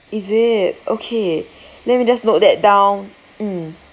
is it okay let me just note that down mm